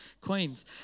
Queen's